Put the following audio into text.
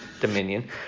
dominion